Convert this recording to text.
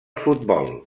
futbol